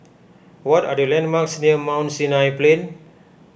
what are the landmarks near Mount Sinai Plain